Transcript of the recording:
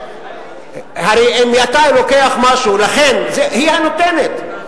הרי אם אתה לוקח משהו, היא הנותנת.